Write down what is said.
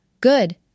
good